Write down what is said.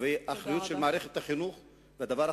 תודה רבה.